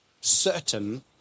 certain